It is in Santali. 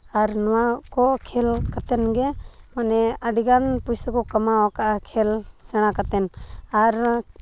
ᱟᱨ ᱱᱚᱣᱟ ᱠᱚ ᱠᱷᱮᱞ ᱠᱟᱛᱮᱱ ᱜᱮ ᱢᱟᱱᱮ ᱟᱹᱰᱤ ᱜᱟᱱ ᱯᱩᱭᱥᱟᱹ ᱠᱚ ᱠᱟᱢᱟᱣ ᱠᱟᱜᱼᱟ ᱠᱷᱮᱞ ᱥᱮᱬᱟ ᱠᱟᱛᱮᱱ ᱟᱨ